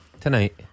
Tonight